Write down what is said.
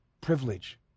privilege